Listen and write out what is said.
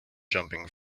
jumping